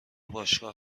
باشگاه